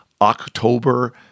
October